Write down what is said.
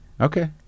Okay